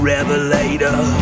Revelator